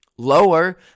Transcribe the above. lower